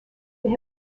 they